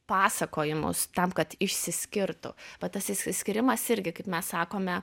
pasakojimus tam kad išsiskirtų va tas išsiskyrimas irgi kaip mes sakome